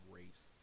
race